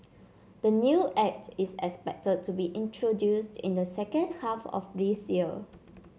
the new Act is expected to be introduced in the second half of this year